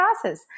process